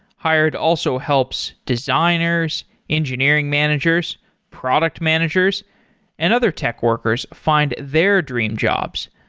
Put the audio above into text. hired also helps designers, engineering managers, product managers and other tech workers find their dream jobs.